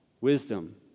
wisdom